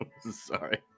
sorry